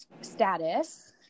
status